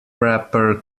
wrapper